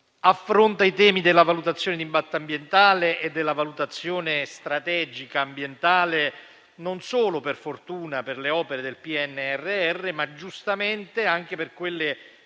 Affronta poi i temi della valutazione di impatto ambientale e della valutazione strategica ambientale, non solo per fortuna per le opere del PNRR, ma giustamente anche per quelle